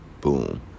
Boom